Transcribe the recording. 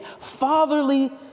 fatherly